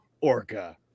orca